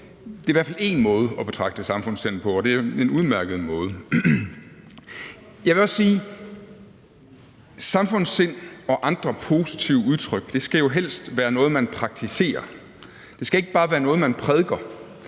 Det er i hvert fald én måde at betragte samfundssind på, og det er en udmærket måde. Jeg vil også sige, et samfundssind og andre positive udtryk jo helst skal være noget, man praktiserer. Det skal ikke bare være noget, man prædiker.